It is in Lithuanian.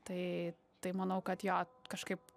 tai tai manau kad jo kažkaip